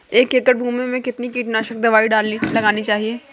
एक एकड़ भूमि में कितनी कीटनाशक दबाई लगानी चाहिए?